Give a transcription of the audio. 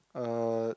uh